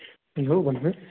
hello भन्नु होस्